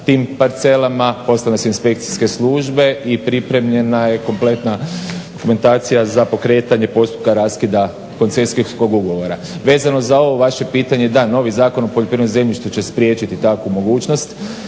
tim parcelama. Poslane su inspekcijske službe i pripremljena je kompletna dokumentacija za pokretanje postupka raskida koncesijskog ugovora. Vezano za ovo vaše pitanje, da novi zakon o poljoprivrednom zemljištu će spriječiti takvu mogućnost